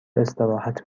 استراحت